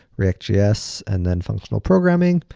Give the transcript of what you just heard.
react js, and then functional programming.